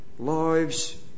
Lives